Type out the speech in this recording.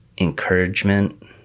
encouragement